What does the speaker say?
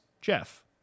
Jeff